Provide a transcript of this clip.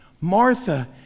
Martha